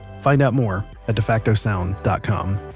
find out more at defactosound dot com.